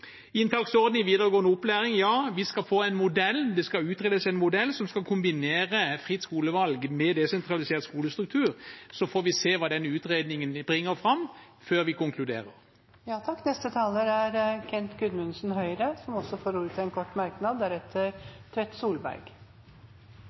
Inntaksordning i videregående opplæring: Ja, det skal utredes en modell som skal kombinere fritt skolevalg med en desentralisert skolestruktur. Så får vi se hva den utredningen bringer fram, før vi konkluderer. Representanten Kent Gudmundsen har hatt ordet to ganger tidligere og får ordet til en kort merknad,